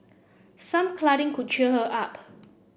some cuddling could cheer her up